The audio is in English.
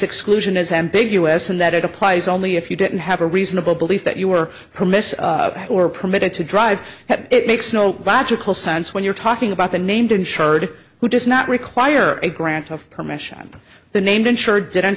exclusion is ambiguous and that it applies only if you didn't have a reasonable belief that you were permissive or permitted to drive it makes no logical sense when you're talking about the named insured who does not require a grant of permission from the named insurer didn't